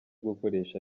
gukoresha